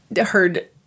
heard